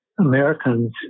Americans